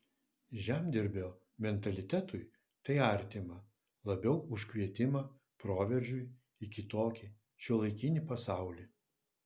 žemdirbio mentalitetui tai artima labiau už kvietimą proveržiui į kitokį šiuolaikinį pasaulį